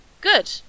Good